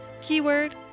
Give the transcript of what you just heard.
keyword